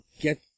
get